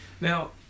Now